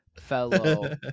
fellow